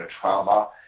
trauma